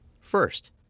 First